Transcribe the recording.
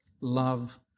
love